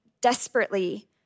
desperately